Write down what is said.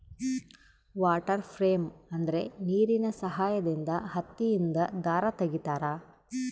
water frame ಅಂದ್ರೆ ನೀರಿನ ಸಹಾಯದಿಂದ ಹತ್ತಿಯಿಂದ ದಾರ ತಗಿತಾರ